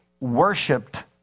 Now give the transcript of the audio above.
worshipped